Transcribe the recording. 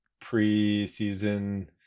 pre-season